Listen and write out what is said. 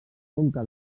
conca